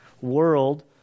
world